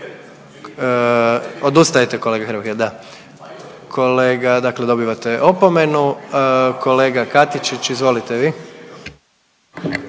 Odustajete kolega Hrebak? Da. Kolega, dakle dobivate opomenu. Kolega Katičić, izvolite vi.